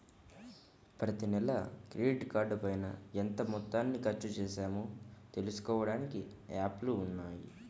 ప్రతినెలా క్రెడిట్ కార్డుపైన ఎంత మొత్తాన్ని ఖర్చుచేశామో తెలుసుకోడానికి యాప్లు ఉన్నయ్యి